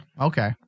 Okay